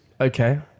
Okay